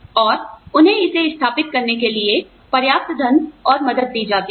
और उन्हें इसे स्थापित करने के लिए पर्याप्त धन और मदद दी जाती है